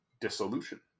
Dissolution